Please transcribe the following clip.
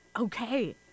okay